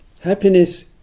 happiness